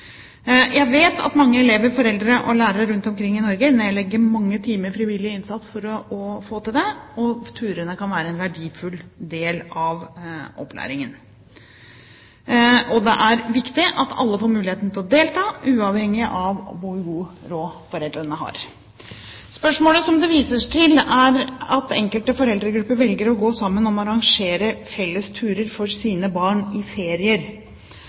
Jeg vet at mange elever, foreldre og lærere rundt omkring i Norge nedlegger mange timer frivillig innsats for å få til dette, og turene kan være en verdifull del av opplæringen. Det er viktig at alle får muligheten til å delta, uavhengig av hvor god råd foreldrene har. Spørsmålet viser til at enkelte foreldregrupper velger å gå sammen om å arrangere felles turer for sine barn i ferier.